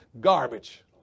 garbage